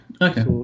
Okay